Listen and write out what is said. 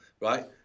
right